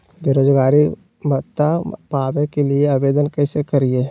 बेरोजगारी भत्ता पावे के लिए आवेदन कैसे करियय?